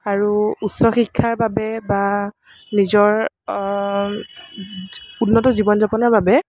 আৰু উচ্চ শিক্ষাৰ বাবে বা নিজৰ উন্নত জীৱন যাপনৰ বাবে